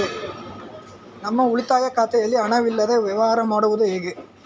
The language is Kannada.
ನಮ್ಮ ಉಳಿತಾಯ ಖಾತೆಯಲ್ಲಿ ಹಣವಿಲ್ಲದೇ ವ್ಯವಹಾರ ಮಾಡುವುದು ಹೇಗೆ?